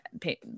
pay